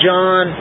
John